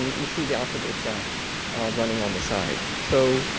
you see the optical track running on the side. so,